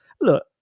look